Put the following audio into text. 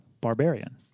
Barbarian